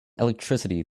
electricity